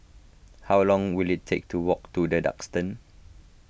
how long will it take to walk to the Duxton